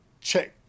check